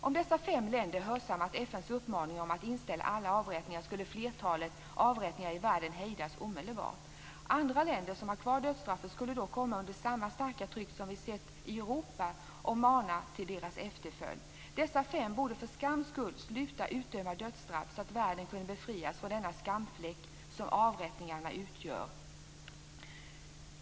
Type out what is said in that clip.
Om dessa fem länder hörsammade FN:s uppmaning om att inställa alla avrättningar skulle flertalet avrättningar i världen hejdas omedelbart. Andra länder som har kvar dödsstraffet skulle då komma under samma starka tryck som vi sett i Europa och manas till efterföljd. Dessa fem borde för skams skull sluta utdöma dödsstraff så att världen kunde befrias från den skamfläck som avrättningarna utgör.